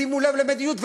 שימו לב למדיניות,